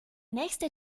nächste